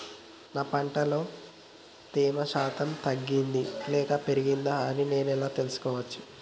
నా పంట లో తేమ శాతం తగ్గింది లేక పెరిగింది అని నేను ఎలా తెలుసుకోవచ్చు?